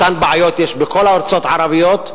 אותן בעיות יש בכל הארצות הערביות,